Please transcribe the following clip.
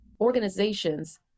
organizations